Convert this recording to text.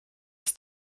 ist